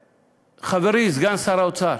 חברי סגן שר האוצר,